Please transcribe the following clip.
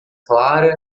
clara